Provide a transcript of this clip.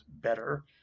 better